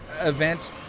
event